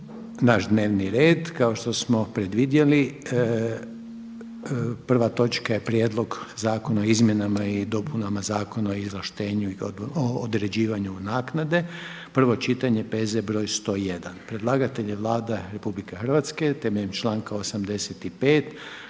naš dnevni red kao što smo predvidjeli. Prva točka je: - Prijedlog zakona o izmjenama i dopunama Zakona o izvlaštenju i određivanju naknade, prvo čitanje, P.Z. broj 101 Predlagatelj je Vlada RH, temeljem članka 85.